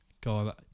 God